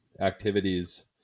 activities